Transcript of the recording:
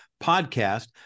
podcast